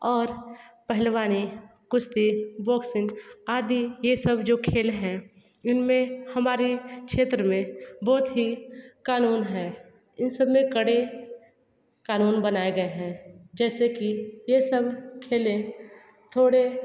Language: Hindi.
और पहलवानी कुश्ती बोक्सिंग आदि ये सब जो खेल हैं इनमें हमारी क्षेत्र में बहुत ही कानून हैं इन सब में कड़े कानून बनाए गए हैं जैसे कि ये सब खेलें थोड़े